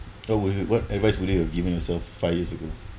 what would you what advice would you have given yourself five years ago